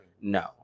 No